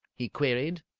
he queried.